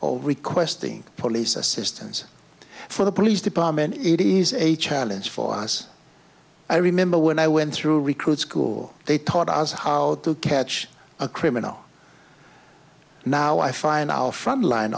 of requesting police assistance from the police department it is a challenge for us i remember when i went through recruit school they taught us how to catch a criminal now i find our front line